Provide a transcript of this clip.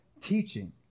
teaching